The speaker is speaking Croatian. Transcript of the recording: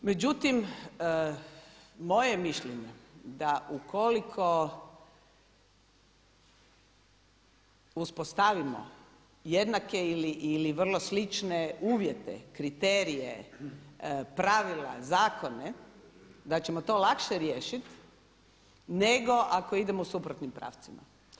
Međutim, moje je mišljenje da ukoliko uspostavimo jednake ili vrlo slične uvjete, kriterije, pravila, zakone da ćemo to lakše riješiti nego ako idemo suprotnim pravcima.